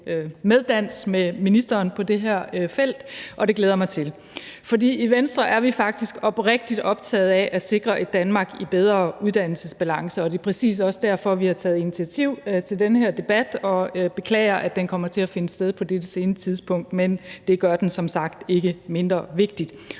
dans med ministeren på det her felt, og det glæder jeg mig til. I Venstre er vi faktisk oprigtigt optaget af at sikre et Danmark i bedre uddannelsesbalance, og det er præcis også derfor, vi har taget initiativ til den her debat, og jeg beklager, at den kommer til at finde sted på dette sene tidspunkt, men det gør den som sagt ikke mindre vigtig.